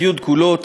אני מציין,